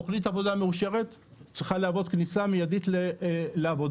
תוכנית עבודה מאושרת צריכה להוות כניסה מיידית לעבודה.